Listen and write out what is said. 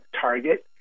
target